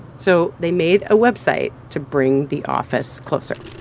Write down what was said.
so they made a website to bring the office closer